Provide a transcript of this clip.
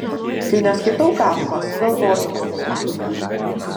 kai neskaitau kafkos galvoju apie kafką